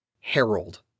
Harold